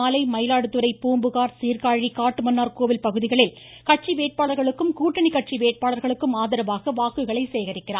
தொடா்ந்து முதலமைச்சா் இன்றுமாலை மயிலாடுதுறை பூம்புகாா் சீாகாழி காட்டுமன்னார் கோவில் பகுதிகளில் கட்சி வேட்பாளர்களுக்கும் கூட்டணி கட்சி வேட்பாளர்களுக்கும் ஆதரவாக வாக்குகளை சேகரிக்கிறார்